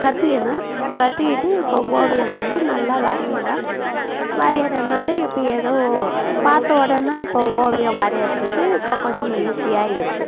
கற்றுக்குன கற்றுக்கிட்டு இப்போ ஓவியம் வந்து நல்லா வரையிற வரையிறனால் இப்போ ஏதோ பார்த்த உடனே இப்போ ஓவியம் வரையுறத்துக்கு இப்போ கொஞ்சம் ஈஸியாக இருக்குது